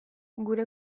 gure